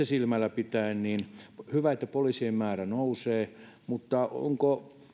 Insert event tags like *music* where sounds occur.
*unintelligible* silmällä pitäen on hyvä että poliisien määrä nousee mutta onko